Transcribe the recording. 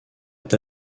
est